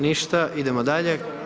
Ništa, idemo dalje.